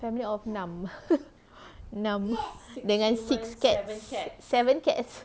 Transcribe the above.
family of enam enam six cats seven cats